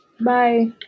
Bye